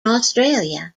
australia